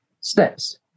steps